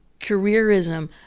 careerism